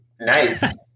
nice